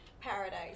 paradise